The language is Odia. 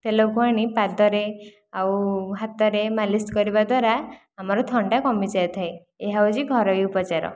ତେଲକୁ ଆଣି ପାଦରେ ଆଉ ହାତରେ ମାଲିସ କରିବା ଦ୍ଵାରା ଆମର ଥଣ୍ଡା କମିଯାଇଥାଏ ଏହା ହେଉଛି ଘରୋଇ ଉପଚାର